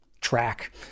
track